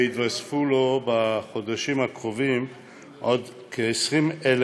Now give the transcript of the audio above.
ויתווספו לו בחודשים הקרובים עוד כ-20,000